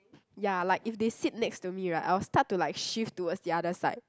ya like if they sit next to me right I will start to like shift towards the other side